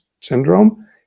syndrome